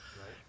right